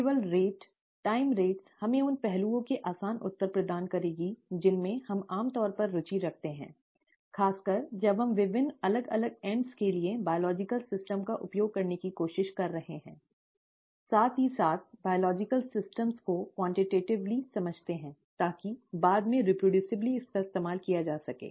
केवल दर समय दर हमें उन पहलुओं के आसान उत्तर प्रदान करेगी जिनमें हम आम तौर पर रुचि रखते हैं खासकर जब हम विभिन्न अलग अलग छोरों के लिए जैविक प्रणालियों का उपयोग करने की कोशिश कर रहे हैं साथ ही साथ जैविक प्रणालियों को मात्रात्मक रूप से समझते हैं ताकि बाद में रिप्रोड्यूसिबली इसका इस्तेमाल किया जा सके